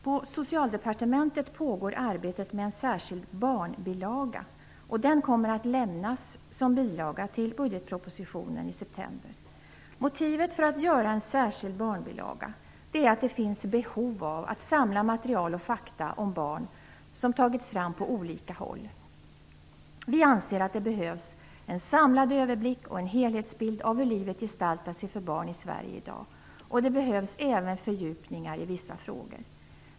På Socialdepartementet pågår arbetet med en särskild barnbilaga. Den kommer att lämnas som bilaga till budgetpropositionen i september. Motivet för att göra en särskild barnbilaga är att det finns behov av att samla material och fakta om barn som tagits fram på olika håll. Vi anser att det behövs en samlad överblick och en helhetsbild av hur livet gestaltar sig för barn i Sverige i dag. Det behövs även fördjupningar i vissa frågor.